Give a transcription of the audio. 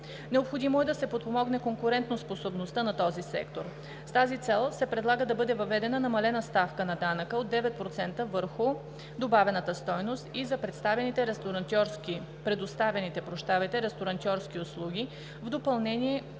Необходимо е да се подпомогне конкурентоспособността на този сектор. С тази цел се предлага да бъде въведена намалена ставка на данъка от 9% върху добавената стойност и за предоставяните ресторантьорски услуги, в допълнение